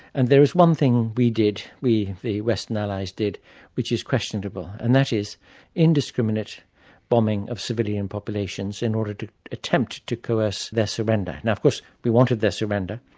and there is one thing we did, the western allies did which is questionable, and that is indiscriminate bombing of civilian populations in order to attempt to coerce their surrender. now of course we wanted their surrender,